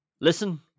Listen